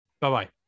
Bye-bye